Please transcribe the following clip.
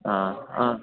ആ ആ